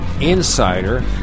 insider